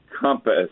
compass